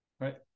right